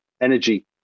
energy